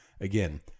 Again